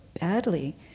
badly